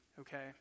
okay